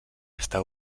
està